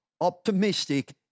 optimistic